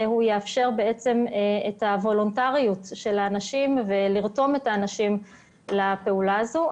ויאפשר את הוולונטריות של האנשים וירתום את האנשים לפעולה הזו.